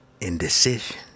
indecision